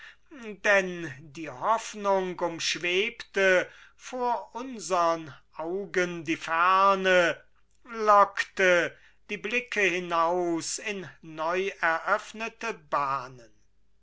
denn die hoffnung umschwebte vor unsern augen die ferne lockte die blicke hinaus in neueröffnete bahnen